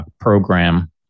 program